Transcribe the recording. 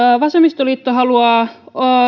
vasemmistoliitto haluaa